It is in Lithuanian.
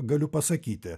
galiu pasakyti